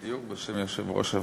בדיוק, בשם יושב-ראש הוועדה,